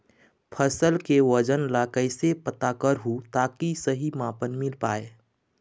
फसल के वजन ला कैसे पता करहूं ताकि सही मापन मील पाए?